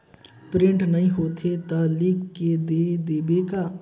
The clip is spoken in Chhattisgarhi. प्रिंट नइ होथे ता लिख के दे देबे का?